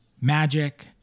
Magic